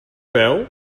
peu